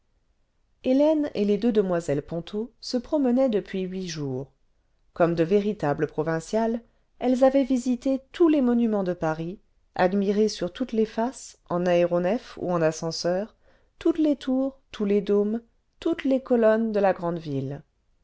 hélène et les deux demoiselles ponto se promenaient depuis huit jours comme de véritables provinciales elles avaient visité tous les monuments de paris admiré sur toutes les faces en aéronef bu en ascenseur toutes les tours tous les dômes toutes les colonnes de la grande ville